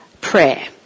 prayer